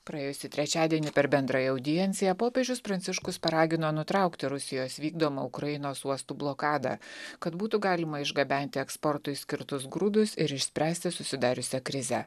praėjusį trečiadienį per bendrąją audienciją popiežius pranciškus paragino nutraukti rusijos vykdomą ukrainos uostų blokadą kad būtų galima išgabenti eksportui skirtus grūdus ir išspręsti susidariusią krizę